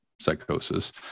psychosis